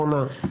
אורנה,